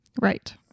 Right